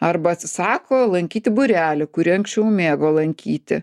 arba atsisako lankyti būrelį kurį ankšiau mėgo lankyti